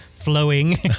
flowing